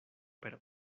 per